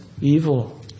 evil